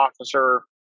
officer